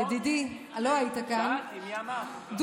ידידי, לא היית כאן, שאלתי מי אמר.